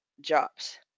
jobs